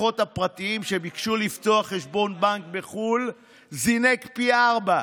שביקשו לפתוח חשבון בנק בחו"ל זינק פי ארבעה,